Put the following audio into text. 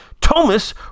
Thomas